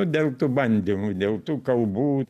dėl tų bandymų dėl tų kalbų